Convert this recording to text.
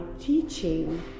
teaching